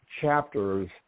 chapters